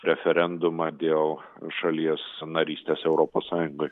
referendumą dėl šalies narystės europos sąjungoj